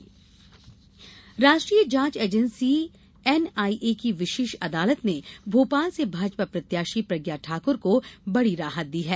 प्रज्ञा राहत राष्ट्रीय जांच एजेंसी एनआईए की विशेष अदालत ने भोपाल से भाजपा प्रत्याशी प्रज्ञा ठाकुर को बड़ी राहत दी है